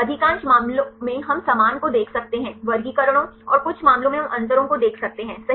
अधिकांश मामलों में हम समान को देख सकते हैं वर्गीकरणों और कुछ मामलों में हम अंतरों को देख सकते हैं सही